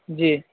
جی